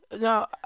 No